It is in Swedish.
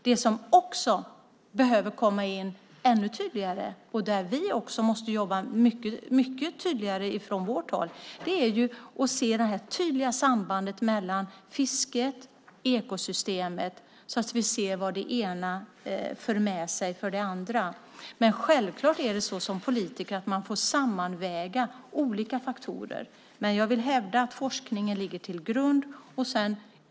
Det som också behöver bli ännu tydligare, och där vi måste jobba mycket tydligare från vårt håll, är sambandet mellan fisket och ekosystemet så att vi ser vad det ena för med sig för det andra. Självklart får man som politiker sammanväga olika faktorer. Men jag vill hävda att forskningen ligger till grund.